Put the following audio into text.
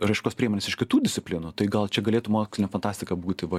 raiškos priemones iš kitų disciplinų tai gal čia galėtų mokslinė fantastika būti va